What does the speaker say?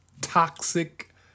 Toxic